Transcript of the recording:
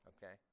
Okay